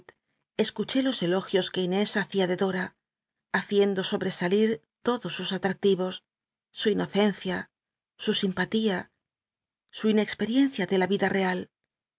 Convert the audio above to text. escuché los elogios que inés hacia de dora haciendo sobrcsalit todos sus attacli os su inocencia su simpatía su inexpeticncia de la vida real